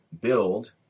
build